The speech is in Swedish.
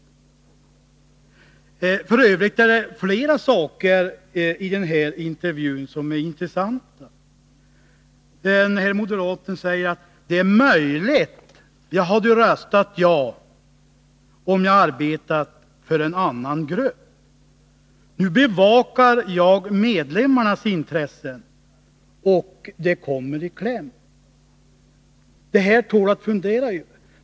F. ö. är det flera saker i intervjun som är intressanta. Den aktuelle moderaten säger där bl.a.: ”Det är möjligt jag hade röstat ja om jag arbetat för en annan grupp. Nu bevakar jag medlemmarnas intressen och de kommer i kläm.” Det tål att fundera över.